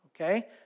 okay